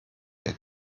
der